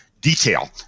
detail